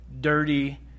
dirty